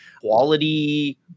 quality